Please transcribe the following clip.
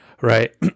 right